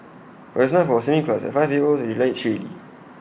but IT was not for A swimming class the five year old revealed shyly